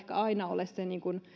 aina ole se